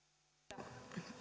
arvoisa